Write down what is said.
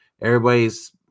everybody's